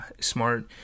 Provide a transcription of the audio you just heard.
smart